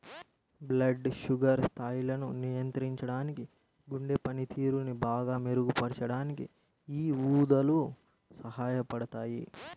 blood sugar స్థాయిల్ని నియంత్రించడానికి, గుండె పనితీరుని బాగా మెరుగుపరచడానికి యీ ఊదలు సహాయపడతయ్యి